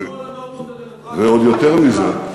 ועוד יותר מזה,